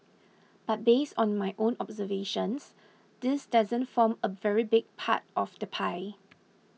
but based on my own observations this doesn't form a very big part of the pie